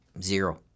Zero